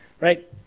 Right